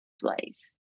place